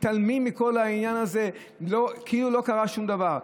מתעלמים מכל העניין הזה כאילו לא קרה שום דבר.